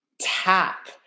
tap